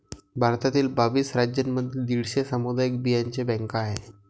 भारतातील बावीस राज्यांमध्ये दीडशे सामुदायिक बियांचे बँका आहेत